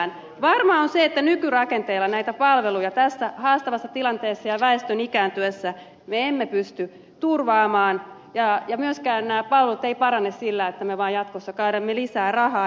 varma on se että nykyrakenteilla näitä palveluja tässä haastavassa tilanteessa ja väestön ikääntyessä me emme pysty turvaamaan ja myöskään nämä palvelut eivät parane sillä että me vaan jatkossa kaadamme lisää rahaa